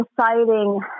deciding